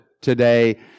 today